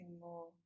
more